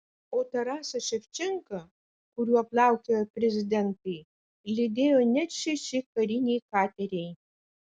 o tarasą ševčenką kuriuo plaukiojo prezidentai lydėjo net šeši kariniai kateriai